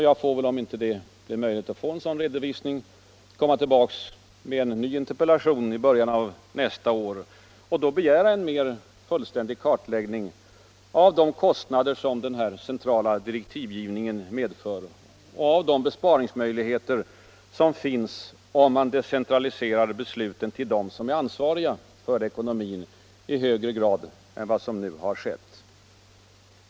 Jag får väl, om det inte är möjligt att erhålla en sådan redovisning, komma tillbaka med en ny interpellation i början av nästa år och då begära en kartläggning av de kostnader som den centrala direktivgivningen medför och av de besparingsmöjligheter som finns, om man i högre grad än vad som nu har skett decentraliserar besluten till dem som är ansvariga för ekonomin.